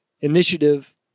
initiative